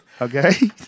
Okay